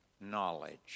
knowledge